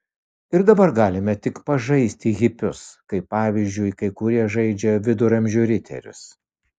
ir dabar galime tik pažaisti hipius kaip pavyzdžiui kai kurie žaidžia viduramžių riterius